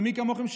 ומי כמוכם,